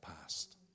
past